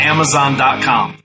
Amazon.com